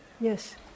Yes